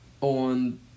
on